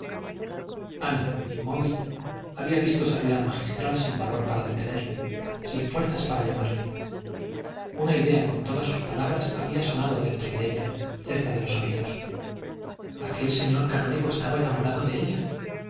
ana inmóvil había visto salir al magistral sin valor para detenerle sin fuerzas para llamarle una idea con todas sus palabras había sonado dentro de ella cerca de los oídos aquel señor canónigo estaba enamorado de ella